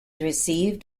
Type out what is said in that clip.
received